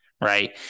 Right